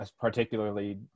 particularly